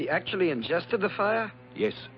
he actually ingested the fire yes